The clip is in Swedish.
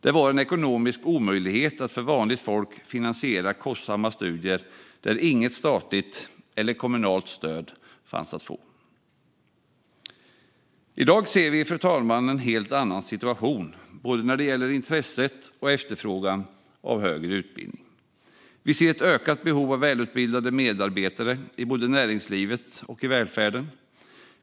Det var en ekonomisk omöjlighet för vanligt folk att finansiera kostsamma studier där inget statligt eller kommunalt stöd fanns att få. I dag ser vi, fru talman, en helt annan situation både när det gäller intresset för och efterfrågan på högre utbildning. Vi ser ett ökat behov av välutbildade medarbetare i både näringslivet och välfärden.